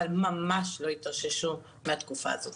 אבל ממש לא התאוששו מהתקופה הזאת.